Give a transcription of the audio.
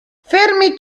fermi